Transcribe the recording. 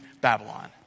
Babylon